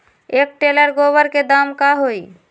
एक टेलर गोबर के दाम का होई?